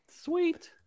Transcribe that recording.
Sweet